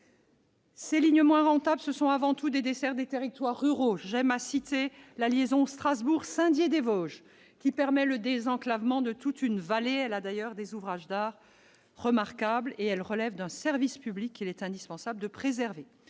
Ces lignes moins rentables, ce sont avant tout des dessertes des territoires ruraux. J'aime à citer la liaison Strasbourg-Saint-Dié-des-Vosges, qui permet le désenclavement de toute une vallée et comporte des ouvrages d'art remarquables ; elle relève d'un service public qu'il est indispensable de préserver.